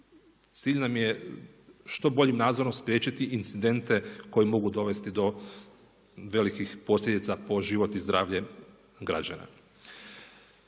cilj nam je što boljim nadzorom spriječiti incidente koji mogu dovesti do velikih posljedica po život i zdravlje građana.